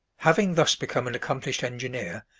having thus become an accomplished engineer,